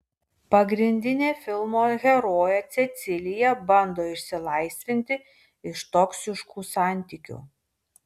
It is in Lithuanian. pagrindinė filmo herojė cecilija bando išsilaisvinti iš toksiškų santykių